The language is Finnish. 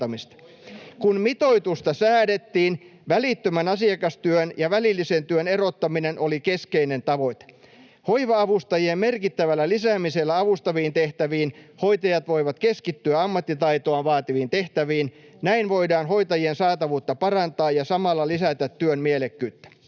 Kun mitoituksesta säädettiin, välittömän asiakastyön ja välillisen työn erottaminen oli keskeinen tavoite. Hoiva-avustajien merkittävällä lisäämisellä avustaviin tehtäviin hoitajat voivat keskittyä ammattitaitoaan vaativiin tehtäviin. Näin voidaan hoitajien saatavuutta parantaa ja samalla lisätä työn mielekkyyttä.